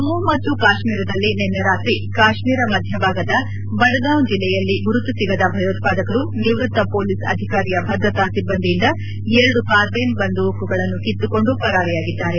ಜಮ್ಮ ಮತ್ತು ಕಾಶ್ಮೀರದಲ್ಲಿ ನಿನ್ನೆ ರಾತ್ರಿ ಕಾಶ್ಮೀರ ಮಧ್ಯಭಾಗದ ಬಡಗಾಂವ್ ಜಿಲ್ಲೆಯಲ್ಲಿ ಗುರುತು ಸಿಗದ ಭಯೋತ್ಪಾದಕರು ನಿವೃತ್ತ ಪೊಲೀಸ್ ಅಧಿಕಾರಿಯ ಭದ್ರತಾ ಸಿಬ್ಬಂದಿಯಿಂದ ಎರಡು ಕಾರ್ದ್ವೆನ್ ಬಂದೂಕುಗಳನ್ನು ಕಿತ್ತುಕೊಂಡು ಪರಾರಿಯಾಗಿದ್ದಾರೆ